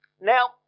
Now